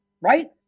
right